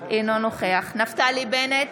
אינו נוכח נפתלי בנט,